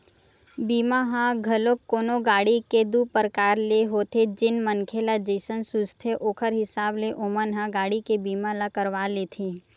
बीमा ह घलोक कोनो गाड़ी के दू परकार ले होथे जेन मनखे ल जइसन सूझथे ओखर हिसाब ले ओमन ह गाड़ी के बीमा ल करवा लेथे